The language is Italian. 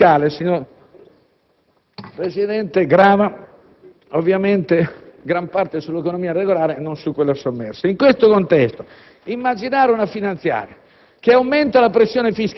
La pressione fiscale grava ovviamente in gran parte sull'economia regolare e non su quella sommersa. In questo contesto, immaginare una finanziaria